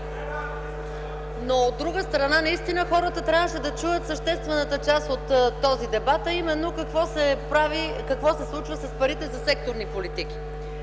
От друга страна хората трябваше да чуят съществената част от този дебат, а именно какво се случва с парите за секторни политики.